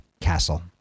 castle